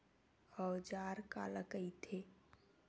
औजार काला कइथे?